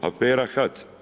Afera HAC?